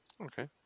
Okay